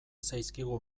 zaizkigu